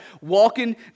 walking